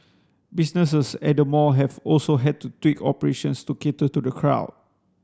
businesses at the mall have also had to tweak operations to cater to the crowd